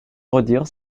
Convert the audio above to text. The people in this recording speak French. redire